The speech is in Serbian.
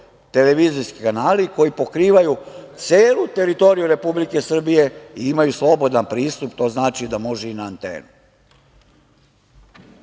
televizijski kanali koji pokrivaju celu teritoriji Republike Srbije i imaju slobodan pristup. To znači da može i na antenu.